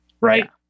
right